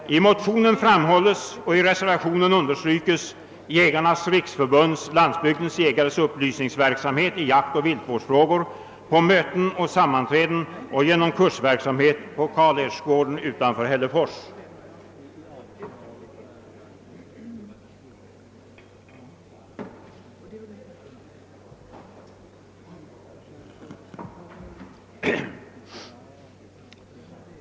I motionen framhålles och i reservationen understrykes Jägarnas riksförbunds—Landsbygdens jägares upplysningsverksamhet i jaktoch viltvårdsfrågor på möten och sammanträden och genom kursverksamhet på Karl-Ersgården utanför Hällefors.